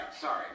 sorry